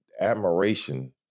admiration